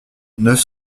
neuf